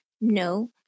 no